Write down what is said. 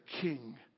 king